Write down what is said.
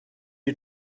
you